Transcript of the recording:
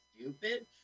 stupid